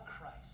Christ